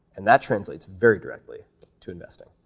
and that translates very directly to investing,